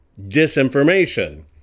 disinformation